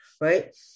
right